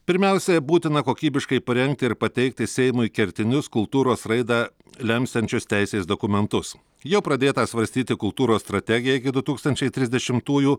pirmiausia būtina kokybiškai parengti ir pateikti seimui kertinius kultūros raidą lemsiančius teisės dokumentus jo pradėtą svarstyti kultūros strategiją iki du tūkstančiai trisdešimtųjų